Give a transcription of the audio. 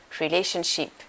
Relationship